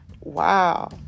wow